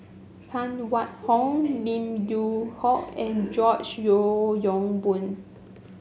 Phan Wait Hong Lim Yew Hock and George Yeo Yong Boon